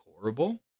horrible